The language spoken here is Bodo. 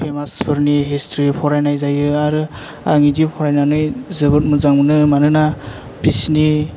फेमाजफोरनि हिसट्रि फरायनाय जायो आरो आं बिदि फरायनानै जोबोत मोजां मोनो मानोना बिसिनि